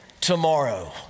tomorrow